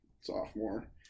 sophomore